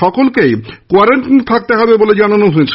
সকলকেই কোয়ারেন্টাইনে থাকতে হবে বলে জানানো হয়েছে